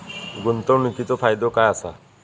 गुंतवणीचो फायदो काय असा?